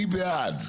מי בעד?